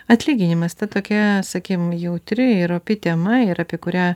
atlyginimas ta tokia sakykim jautri ir opi tema ir apie kurią